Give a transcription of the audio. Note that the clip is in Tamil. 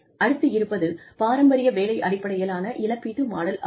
அடுத்து இருப்பது பாரம்பரிய வேலை அடிப்படையிலான இழப்பீட்டு மாடல் ஆகும்